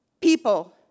people